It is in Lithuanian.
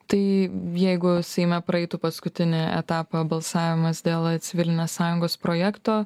tai jeigu seime praeitų paskutinį etapą balsavimas dėl civilinės sąjungos projekto